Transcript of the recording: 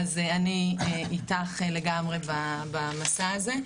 אז אני איתך לגמרי במסע הזה.